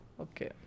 Okay